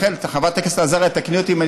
חברת הכנסת עזריה תקני אותי אם אני